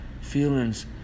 feelings